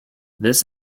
this